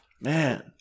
Man